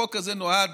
החוק הזה נועד